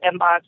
inbox